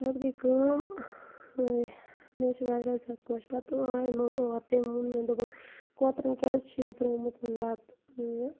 پَتہٕ گٔے کٲم مےٚ حظ چھِ واریاہ زیادٕ خۄش پَتہٕ آے مم اورٕ تٔمۍ ووٚن مےٚ دوٚپُن کوترَن کیٛازِ چھُنہٕ ترومُت بَتہٕ